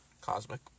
Cosmic